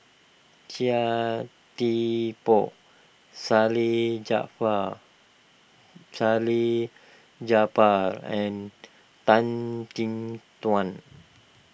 Chia Thye Poh Salleh Japar Salleh Japar and Tan Chin Tuan